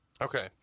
Okay